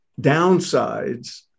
downsides